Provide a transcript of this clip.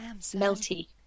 melty